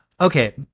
okay